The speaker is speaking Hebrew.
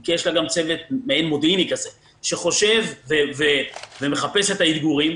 כי יש לה גם צוות מעין מודיעיני שחושב ומחפש את האתגרים,